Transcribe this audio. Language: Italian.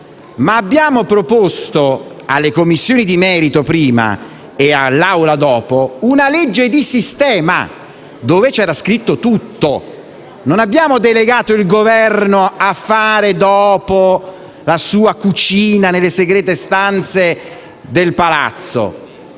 ma abbiamo proposto alle Commissioni di merito, prima, e all'Assemblea, dopo, una legge di sistema dove c'era scritto tutto. Non abbiamo delegato il Governo a fare, dopo, la sua cucina nelle segrete stanze del palazzo.